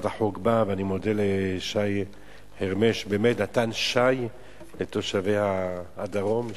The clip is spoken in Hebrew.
אני מודה לשי חרמש, באמת נתן שי לתושבי הדרום.